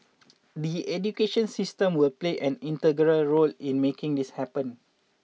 the education system will play an integral role in making this happen